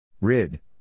Rid